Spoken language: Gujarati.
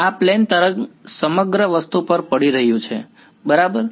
આ પ્લેન તરંગ સમગ્ર વસ્તુ પર પડી રહ્યું છે બરાબર